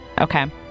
Okay